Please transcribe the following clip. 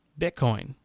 Bitcoin